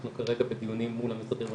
אנחנו כרגע בדיונים מול המשרדים הרלוונטיים,